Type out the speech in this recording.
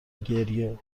گریه